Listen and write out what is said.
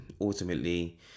ultimately